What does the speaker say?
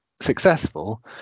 successful